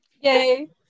Yay